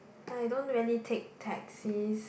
I don't really take taxis